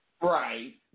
Right